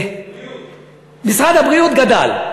משרד הבריאות גדל.